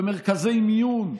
במרכזי מיון,